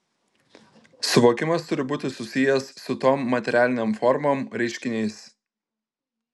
suvokimas turi būti susijęs su tom materialinėm formom reiškiniais